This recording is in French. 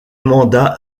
mandats